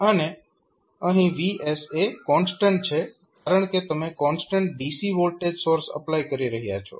અહીં VS constant છે કારણકે તમે constant DC voltage source apply કરી રહ્યા છો